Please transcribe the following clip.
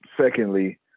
Secondly